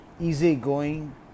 easy-going